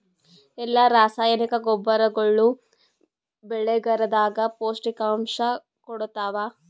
ಎಲ್ಲಾ ರಾಸಾಯನಿಕ ಗೊಬ್ಬರಗೊಳ್ಳು ಬೆಳೆಗಳದಾಗ ಪೋಷಕಾಂಶ ಕೊಡತಾವ?